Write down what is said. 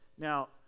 Now